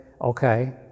okay